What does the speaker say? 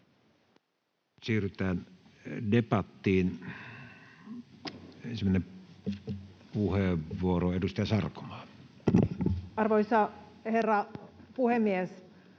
Siirrytään debattiin. — Ensimmäinen puheenvuoro, edustaja Sarkomaa. Arvoisa herra puhemies!